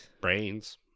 Brains